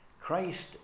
Christ